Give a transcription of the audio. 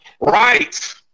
Right